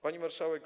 Pani Marszałek!